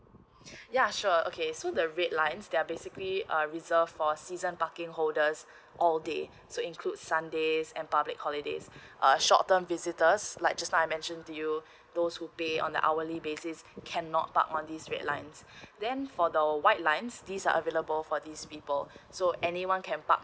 ya sure okay so the red lines there're basically a reserved for season parking holders all day so include sundays and public holidays uh short term visitors like just now I mention to you those who pay on hourly basis can not park on this red lines then for the white lines these are available for these people so anyone can park